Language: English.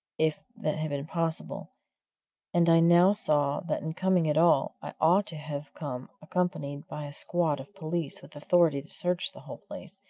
if that had been possible and i now saw that in coming at all i ought to have come accompanied by a squad of police with authority to search the whole place,